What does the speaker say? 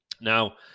Now